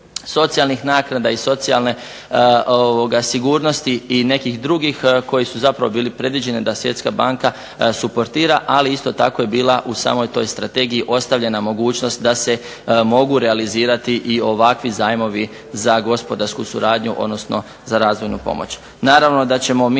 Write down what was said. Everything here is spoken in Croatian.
socijalnih naknada i socijalne sigurnosti nekih drugih koji su zapravo bili predviđeni da svjetska banka suportira ali isto tako je bila u samoj toj strategiji ostavljena mogućnost da se mogu realizirati i ovakvi zajmovi za gospodarsku suradnju odnosno za razvojnu pomoć.